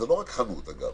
זה לא רק חנות אגב,